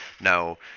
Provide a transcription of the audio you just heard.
Now